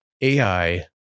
AI